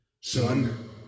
Son